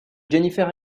jennifer